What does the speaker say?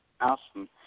Awesome